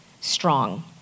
strong